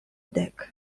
dek